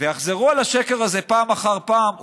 ויחזרו על השקר הזה פעם אחר פעם,